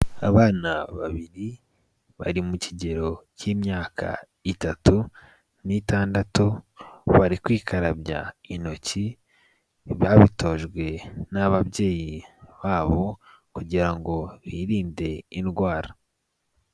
Abana babiri bari mu kigero cy'imyaka itatu n'itandatu bari kwikarabya intoki babitojwe n'ababyeyi babo kugira ngo birinde indwara.